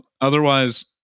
Otherwise